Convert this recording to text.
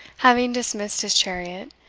having dismissed his chariot,